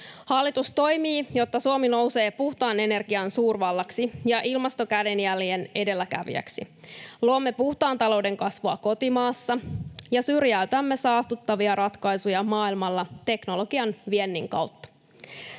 Hallitus toimii, jotta Suomi nousee puhtaan energian suurvallaksi ja ilmastokädenjäljen edelläkävijäksi. Luomme puhtaan talouden kasvua kotimaassa ja syrjäytämme saastuttavia ratkaisuja maailmalla teknologian viennin kautta.